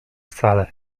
wcale